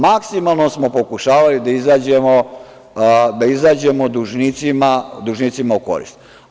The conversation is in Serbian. Maksimalno smo pokušavali da izađemo dužnicima u koristi.